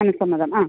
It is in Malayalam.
മനഃസമ്മതം ആ